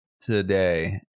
today